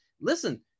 listen